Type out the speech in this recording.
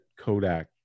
Kodak